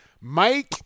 Mike